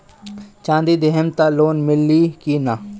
चाँदी देहम त लोन मिली की ना?